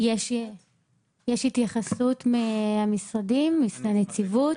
יש התייחסות מהמשרדים, מהנציבות?